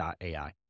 AI